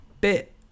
bit